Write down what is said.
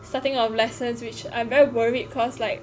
starting of lessons which I'm very worried cause like